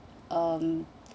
um